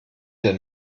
der